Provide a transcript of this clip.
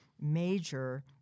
major